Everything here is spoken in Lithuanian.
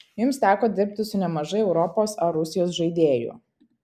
jums teko dirbti su nemažai europos ar rusijos žaidėjų